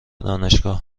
دانشگاه